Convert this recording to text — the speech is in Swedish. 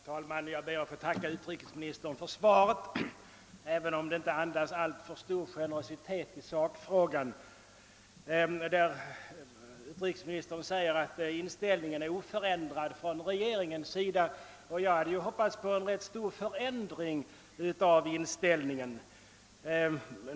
Herr talman! Jag ber att få tacka utrikesministern för svaret, även om det i sakfrågan inte andades alltför stor generositet. Utrikesministern säger att regeringens inställning är oförändrad, men jag hade ju hoppats på en ganska stor förändring i den inställningen.